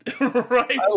Right